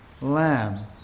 Lamb